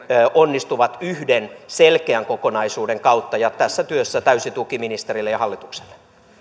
onnistuvat yhden selkeän kokonaisuuden kautta ja tässä työssä täysi tuki ministerille ja hallitukselle